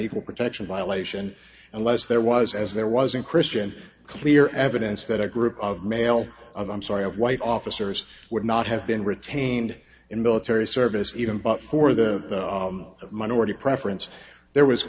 equal protection violation unless there was as there was in christian clear evidence that a group of male i'm sorry of white officers would not have been retained in military service even but for the minority preference there was